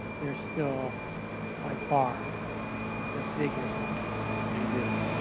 they're still by far the biggest in what they do.